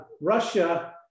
Russia